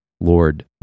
lord